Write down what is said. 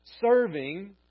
serving